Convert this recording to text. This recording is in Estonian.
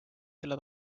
selle